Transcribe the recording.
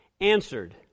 answered